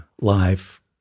life